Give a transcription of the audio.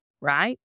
right